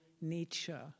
nature